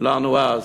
לנו אז.